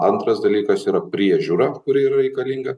antras dalykas yra priežiūra kuri yra reikalinga